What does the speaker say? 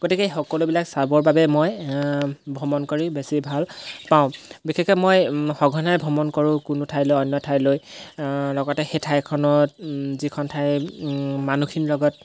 গতিকে সকলোবিলাক চাবৰ বাবে মই ভ্ৰমণ কৰি বেছি ভালপাওঁ বিশেষকৈ মই সঘনাই ভ্ৰমণ কৰোঁ কোনো ঠাইলৈ অন্য ঠাইলৈ লগতে সেই ঠাইখনত যিখন ঠাই মানুহখিনিৰ লগত